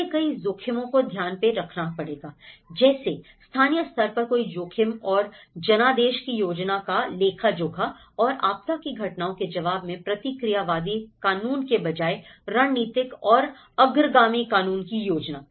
उन्हें कई जोखिमों को ध्यान में रखना पड़ेगा जैसे स्थानीय स्तर पर कई जोखिम और जनादेश की योजना का लेखा जोखा और आपदा की घटनाओं के जवाब में प्रतिक्रियावादी कानून के बजाय रणनीतिक और अग्रगामी कानून की योजना